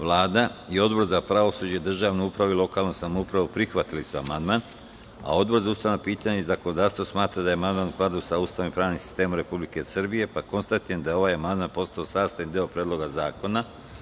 Vlada i Odbor za pravosuđe, državnu upravu i lokalnu samoupravuprihvatili su amandman, a Odbor za ustavna pitanja i zakonodavstvo smatra da je amandman u skladu sa Ustavom i pravnim sistemom Republike Srbije, pa konstatujem da je ovaj amandman postao sastavni deo Predloga zakona.